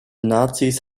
nazis